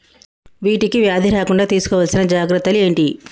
వీటికి వ్యాధి రాకుండా తీసుకోవాల్సిన జాగ్రత్తలు ఏంటియి?